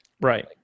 Right